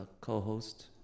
co-host